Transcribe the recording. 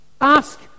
Ask